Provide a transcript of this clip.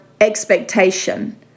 expectation